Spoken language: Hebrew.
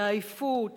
לעייפות,